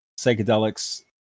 psychedelics